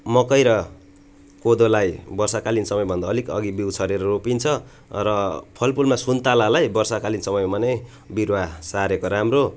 मकै र कोदोलाई वर्षाकालीन समयभन्दा अलिक अघि बिउ छरेर रोपिन्छ र फल फुलमा सुन्तलालाई वर्षाकालीन समयमा विरुवा सारेको राम्रो